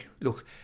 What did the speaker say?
look